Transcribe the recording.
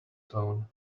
tone